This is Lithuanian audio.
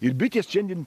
ir bitės šiandien